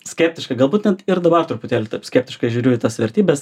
skeptiškai galbūt net ir dabar truputėlį skeptiškai žiūriu į tas vertybes